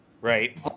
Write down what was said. right